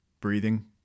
breathing